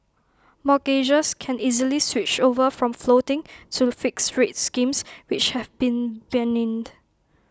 mortgagors can easily switch over from floating to fixed rate schemes which have been